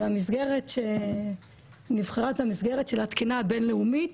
והמסגרת שנבחרה היא המסגרת של התקינה הבינלאומית